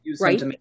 right